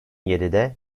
yedide